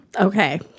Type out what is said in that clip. Okay